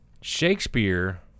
Shakespeare